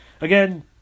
again